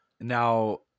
now